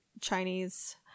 Chinese